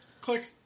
Click